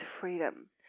freedom